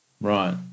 Right